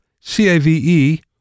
C-A-V-E